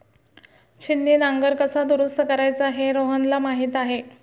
छिन्नी नांगर कसा दुरुस्त करायचा हे रोहनला माहीत आहे